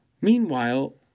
Meanwhile